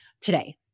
today